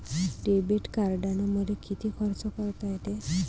Debit कार्डानं मले किती खर्च करता येते?